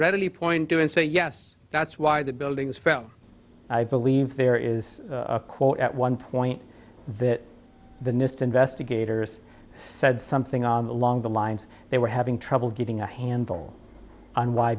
readily point to and say yes that's why the buildings fell i believe there is a quote at one point that the nist investigators said something along the lines they were having trouble getting a handle on why